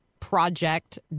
Project